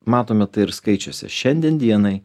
matome tai ir skaičiuose šiandien dienai